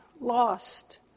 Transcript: lost